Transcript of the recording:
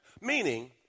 Meaning